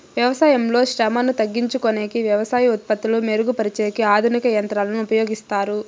వ్యవసాయంలో శ్రమను తగ్గించుకొనేకి వ్యవసాయ ఉత్పత్తులు మెరుగు పరిచేకి ఆధునిక యంత్రాలను ఉపయోగిస్తారు